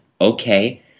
Okay